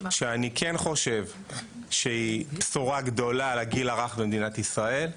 שאני כן חושב שהיא בשורה גדולה על הגיל הרך במדינת ישראל,